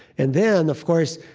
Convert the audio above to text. and then, of course,